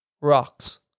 Rocks